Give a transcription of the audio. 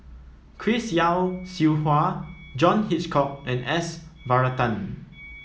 Chris Yeo Siew Hua John Hitchcock and S Varathan